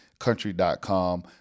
country.com